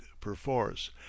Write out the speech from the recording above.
perforce